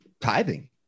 Tithing